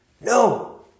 no